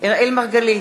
אראל מרגלית,